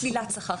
שלילת שכר.